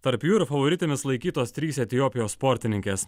tarp jų ir favoritėmis laikytos trys etiopijos sportininkės